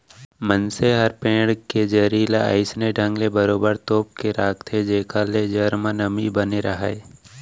मनसे मन ह पेड़ के जरी ल अइसने ढंग ले बरोबर तोप के राखथे जेखर ले जर म नमी बने राहय